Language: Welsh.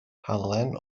halen